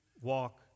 walk